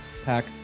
Pack